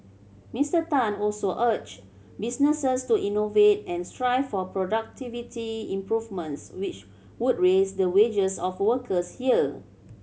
Mister Tan also urged businesses to innovate and strive for productivity improvements which would raise the wages of workers here